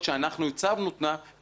למי שיש חשבון מוגבל יש עדיין חשבון בנק.